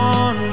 on